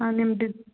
ಹಾಂ ನಿಮ್ದು ಇದು